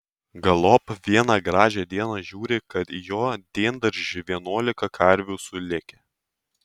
galop vieną gražią dieną žiūri kad į jo diendaržį vienuolika karvių sulėkė